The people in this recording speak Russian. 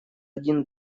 один